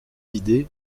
idées